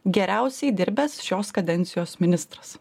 geriausiai dirbęs šios kadencijos ministras